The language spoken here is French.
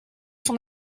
son